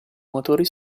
motori